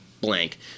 blank